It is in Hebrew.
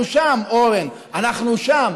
אנחנו שם, אורן, אנחנו שם.